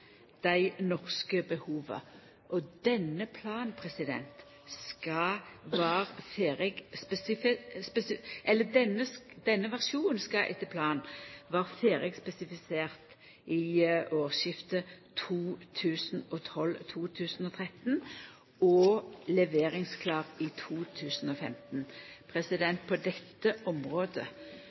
dei norske behova, og denne versjonen skal etter planen vera ferdig spesifisert ved årsskiftet 2012/2013 og leveringsklar i 2015. På dette området kan vi ha høge ambisjonar og